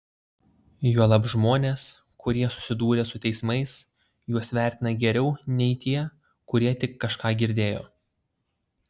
juolab žmonės kurie susidūrė su teismais juos vertina geriau nei tie kurie tik kažką girdėjo